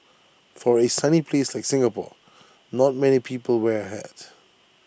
for A sunny place like Singapore not many people wear A hat